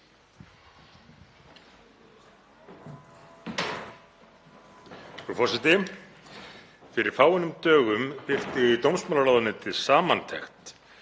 Fyrir fáeinum dögum birti dómsmálaráðuneytið samantekt